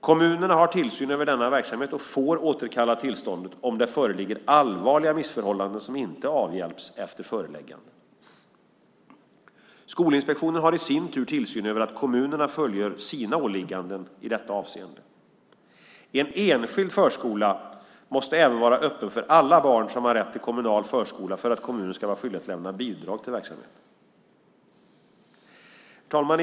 Kommunerna har tillsyn över denna verksamhet och får återkalla tillståndet om det föreligger allvarliga missförhållanden som inte avhjälps efter föreläggande. Skolinspektionen har i sin tur tillsyn över att kommunerna fullgör sina åligganden i detta avseende. En enskild förskola måste även vara öppen för alla barn som har rätt till kommunal förskola för att kommunen ska vara skyldig att lämna bidrag till verksamheten. Herr talman!